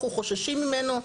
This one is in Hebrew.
אנחנו חוששים ממנו,